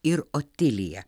ir otiliją